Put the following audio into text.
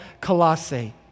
Colossae